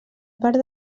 part